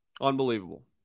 Unbelievable